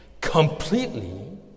completely